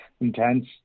intense